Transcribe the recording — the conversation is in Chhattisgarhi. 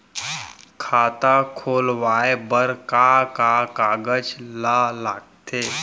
खाता खोलवाये बर का का कागज ल लगथे?